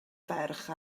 ferch